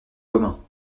commun